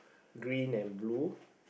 green and blue